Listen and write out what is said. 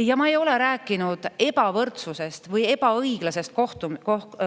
ei ole rääkinud ebavõrdsusest või ebaõiglasest